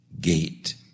gate